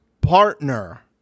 partner